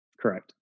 Correct